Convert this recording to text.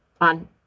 on